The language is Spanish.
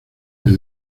del